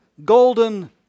Golden